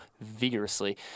vigorously